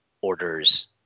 orders